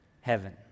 heaven